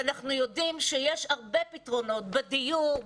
אנחנו יודעים שיש הרבה פתרונות בדיור,